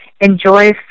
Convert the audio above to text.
enjoy